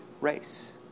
race